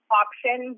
option